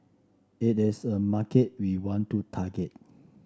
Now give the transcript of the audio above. it is a market we want to target